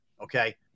okay